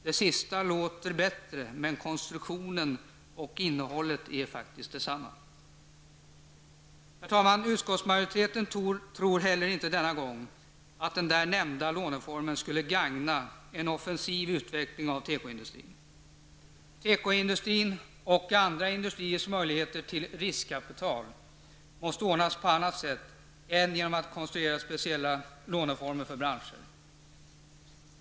Det senare låter bättre, men konstruktionen och innehållet är faktiskt desamma. Utskottsmajoriteten tror heller inte denna gång att den nämnda låneformen skulle gagna en offensiv utveckling av tekoindustrin. Tekoindustrin och andra industriers möjligheter till riskkapital måste ordnas på annat sätt än genom att konstruera speciella låneformer för branscher.